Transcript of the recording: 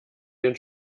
den